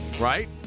Right